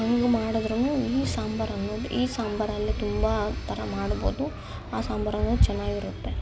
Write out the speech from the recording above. ಹ್ಯಾಂಗೆ ಮಾಡಿದ್ರೂ ಈ ಸಾಂಬಾರು ಅನ್ನೋದು ಈ ಸಾಂಬಾರು ಅಲ್ಲೇ ತುಂಬ ಥರ ಮಾಡ್ಬೋದು ಆ ಸಾಂಬಾರು ಅಂದರೆ ಚೆನ್ನಾಗಿರುತ್ತೆ